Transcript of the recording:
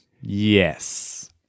Yes